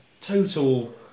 total